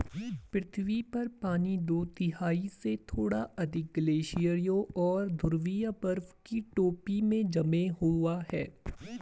पृथ्वी पर पानी दो तिहाई से थोड़ा अधिक ग्लेशियरों और ध्रुवीय बर्फ की टोपी में जमे हुए है